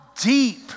deep